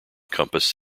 compass